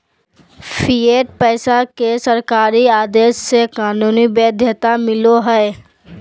fiat पैसा के सरकारी आदेश से कानूनी वैध्यता मिलो हय